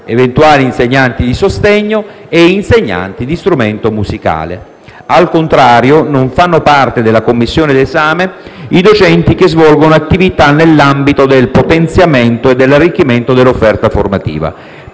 eventuali insegnanti di sostegno e insegnanti di strumento musicale. Al contrario, non fanno parte della commissione d'esame i docenti che svolgono attività nell'ambito del potenziamento e dell'arricchimento dell'offerta formativa.